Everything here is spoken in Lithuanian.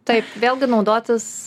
taip vėlgi naudotis